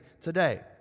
today